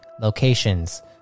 locations